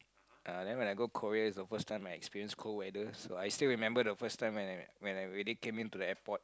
uh then when I go Korea is the first time I experienced cold weather so I still remember the first time when I when I really came into the airport